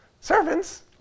Servants